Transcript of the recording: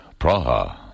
Praha